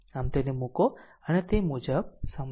આમ તેને મુકો અને તે મુજબ સમજો